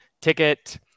ticket